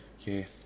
Okay